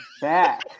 back